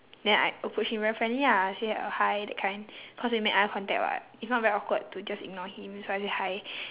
then I approach him very friendly ah I say uh hi that kind cause we made eye contact [what] if not very awkward to just ignore him so I said hi